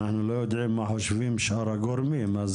אנחנו לא יודעים מה חושבים שאר הגורמים,